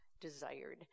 desired